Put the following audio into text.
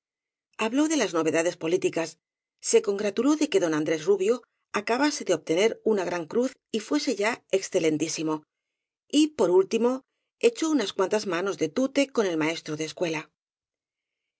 habló de las novedades políticas se congratu ló de que don andrés rubio acabase de obtener una gran cruz y fuese ya excelentísimo y por últi mo echó unas cuantas manos de tute con el maes tro de escuela